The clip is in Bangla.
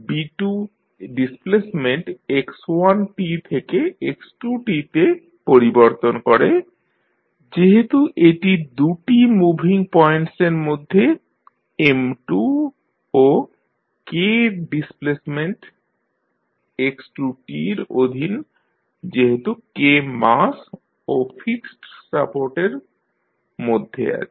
B2 ডিসপ্লেসমেন্ট x1 থেকে x2 তে পরিবর্তন করে যেহেতু এটি দু'টি মুভিং পয়েন্টসের মধ্যে এবং M2 ও K ডিসপ্লেসমেন্ট x2 র অধীন যেহেতু K মাস ও ফিক্সড সাপোর্টের মধ্যে আছে